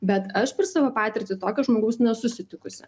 bet aš per savo patirtį tokio žmogaus nesu sutikusi